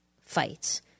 fights